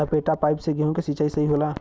लपेटा पाइप से गेहूँ के सिचाई सही होला?